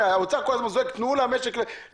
האוצר כל הזמן אומר תנו למשק לחזור,